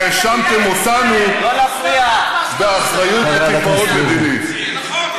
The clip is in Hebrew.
האשמתם אותנו באחריות לקיפאון מדיני.